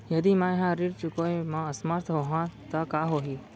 यदि मैं ह ऋण चुकोय म असमर्थ होहा त का होही?